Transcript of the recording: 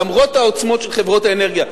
למרות העוצמות של חברות האנרגיה,